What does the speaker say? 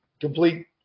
complete